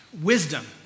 Wisdom